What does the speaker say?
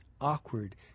awkward